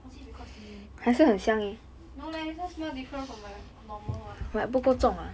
or is it because new no leh this [one] smell different from my normal [one]